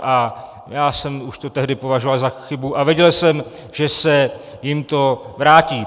A já jsem to už tehdy považoval za chybu a věděl jsem, že se jim to vrátí.